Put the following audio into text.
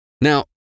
Now